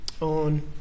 on